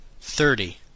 thirty